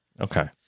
Okay